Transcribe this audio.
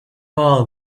all